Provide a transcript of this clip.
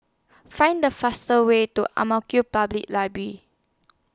Find The fastest Way to Ang Mo Kio Public Library